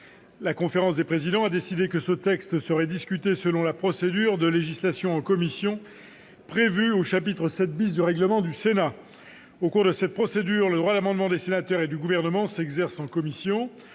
La conférence des présidents a décidé que ce texte serait discuté selon la procédure de législation en commission prévue au chapitre VII du règlement du Sénat. Au cours de cette procédure, le droit d'amendement des sénateurs et du Gouvernement s'exerce en commission,